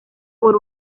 por